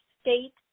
state